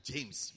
James